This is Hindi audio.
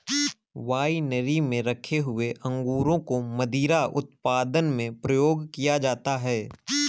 वाइनरी में रखे हुए अंगूरों को मदिरा उत्पादन में प्रयोग किया जाता है